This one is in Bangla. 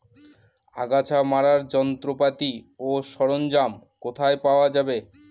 আগাছা মারার যন্ত্রপাতি ও সরঞ্জাম কোথায় পাওয়া যাবে?